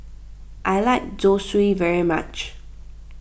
I like Zosui very much